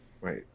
Right